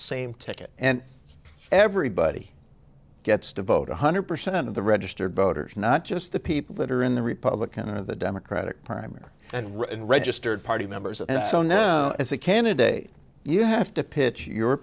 same ticket and everybody gets to vote one hundred percent of the registered voters not just the people that are in the republican or the democratic primary and registered party members and so no as a candidate you have to pitch your